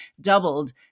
doubled